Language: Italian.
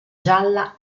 gialla